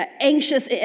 anxious